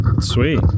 Sweet